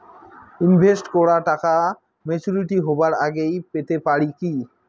Invest করা টাকা maturity হবার আগেই পেতে পারি কি?